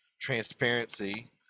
transparency